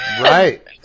Right